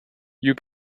you